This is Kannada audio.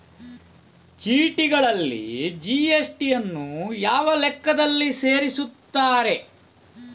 ಚೀಟಿಗಳಲ್ಲಿ ಜಿ.ಎಸ್.ಟಿ ಯನ್ನು ಯಾವ ಲೆಕ್ಕದಲ್ಲಿ ಸೇರಿಸುತ್ತಾರೆ?